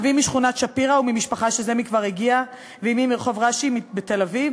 אבי משכונת שפירא וממשפחה שזה מכבר הגיעה ואמי מרחוב רש"י בתל-אביב,